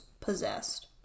possessed